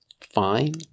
fine